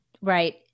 Right